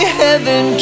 heaven